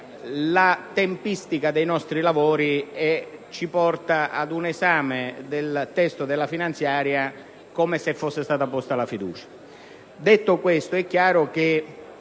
la tempistica dei nostri lavori ci porti ad un esame del testo della finanziaria come se la fiducia fosse stata posta. Detto questo, è chiaro che